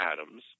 atoms